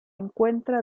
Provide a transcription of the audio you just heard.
encuentra